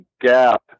gap